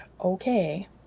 Okay